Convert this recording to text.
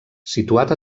situat